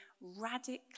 radically